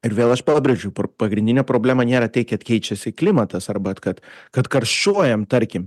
ir vėl aš pabrėžiu pagrindinė problema nėra tai kad keičiasi klimatas arba kad kad karščiuojam tarkim